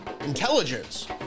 intelligence